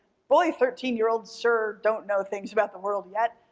boy thirteen year olds sure don't know things about the world yet.